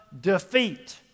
defeat